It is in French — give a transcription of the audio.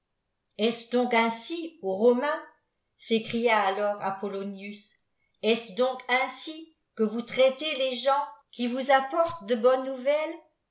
est-ce donc ainsi ô romains s'écria alors apollonius est-ce donc ainsi que vous traitez les gens qui vous apportent de bonnes nouvelles